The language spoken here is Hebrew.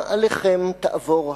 גם עליכם תעבור הכוס.